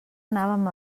anàvem